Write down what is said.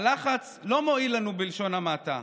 הלחץ לא מועיל לנו, בלשון המעטה.